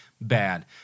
bad